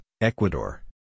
Ecuador